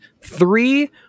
three